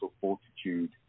fortitude